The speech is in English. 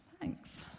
Thanks